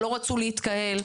שלא רצו להתקהל.